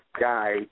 guy